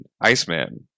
Iceman